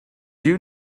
you